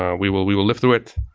ah we will we will live through it.